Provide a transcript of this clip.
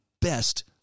best